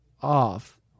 off